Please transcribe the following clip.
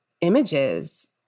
images